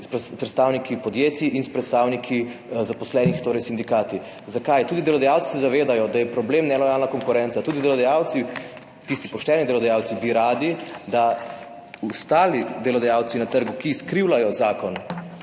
predstavniki podjetij in s predstavniki zaposlenih, torej s sindikati. Zakaj? Tudi delodajalci se zavedajo, da je problem nelojalna konkurenca, tudi delodajalci, tisti pošteni delodajalci bi radi, da ostali delodajalci na trgu, ki izkrivljajo zakon,